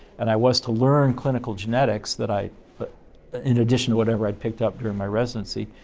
and i was to learn clinical genetics that i but ah in addition to whatever i picked up during my residency